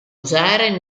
usare